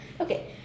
Okay